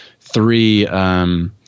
three